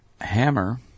Hammer